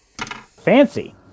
Fancy